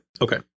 Okay